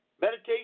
Meditation